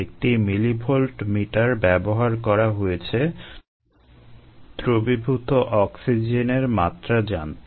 একটি millivolt meter ব্যবহার করা হয়েছে দ্রবীভূত অক্সিজেনের মাত্রা জানতে